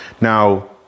Now